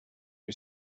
you